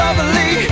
Lovely